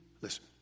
listen